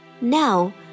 Now